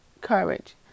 courage